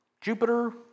Jupiter